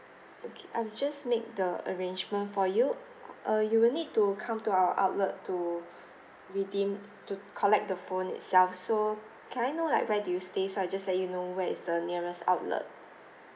okay I'll just make the arrangement for you uh you will need to come to our outlet to redeem to collect the phone itself so can I know like where do you stay so I'll just let you know where is the nearest outlet